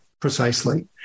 precisely